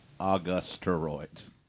Augusteroids